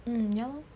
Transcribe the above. mm ya lor